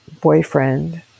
boyfriend